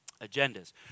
agendas